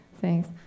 Thanks